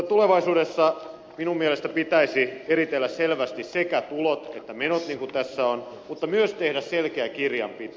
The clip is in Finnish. tulevaisuudessa minun mielestäni pitäisi eritellä selvästi sekä tulot että menot niin kuin tässä on mutta myös tehdä selkeä kirjanpito